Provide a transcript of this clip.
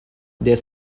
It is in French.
des